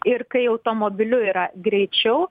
ir kai automobiliu yra greičiau